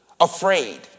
afraid